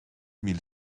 mille